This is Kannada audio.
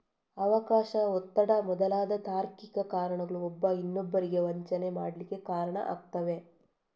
ಅವಕಾಶ, ಒತ್ತಡ ಮೊದಲಾದ ತಾರ್ಕಿಕ ಕಾರಣಗಳು ಒಬ್ಬ ಇನ್ನೊಬ್ಬರಿಗೆ ವಂಚನೆ ಮಾಡ್ಲಿಕ್ಕೆ ಕಾರಣ ಆಗ್ತವೆ